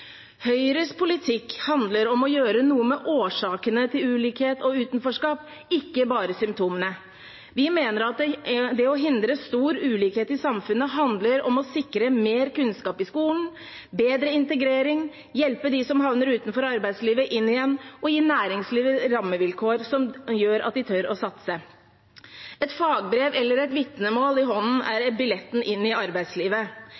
Høyres politikk handler om å gjøre noe med årsakene til ulikhet og utenforskap, ikke bare med symptomene. Vi mener at det å hindre stor ulikhet i samfunnet handler om å sikre mer kunnskap i skolen, bedre integrering, hjelpe dem som havner utenfor arbeidslivet inn igjen, og gi næringslivet rammevilkår som gjør at de tør å satse. Et fagbrev eller et vitnemål i hånden